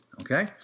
okay